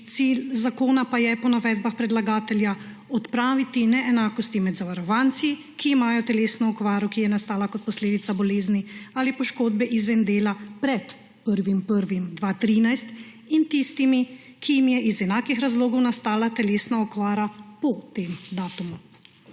cilj zakona pa je po navedbah predlagatelja odpraviti neenakosti med zavarovanci, ki imajo telesno okvaro, ki je nastala kot posledica bolezni ali poškodbe izven dela pred 1. 1. 2013, in tistimi, ki jim je iz enakih razlogov nastala telesna okvara po tem datumu.